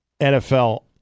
NFL